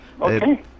Okay